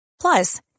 Plus